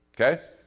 Okay